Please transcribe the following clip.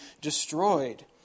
destroyed